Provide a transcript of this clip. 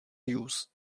use